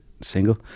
single